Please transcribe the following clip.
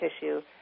tissue